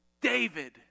David